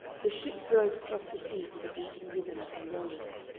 the ship drove across the sea to the beating rhythm of the rowers.